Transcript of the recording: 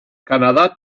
canadá